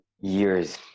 Years